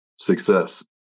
success